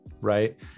right